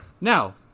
Now